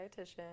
dietitian